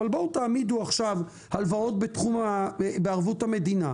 אבל בואו תעמידו עכשיו הלוואות בערבות המדינה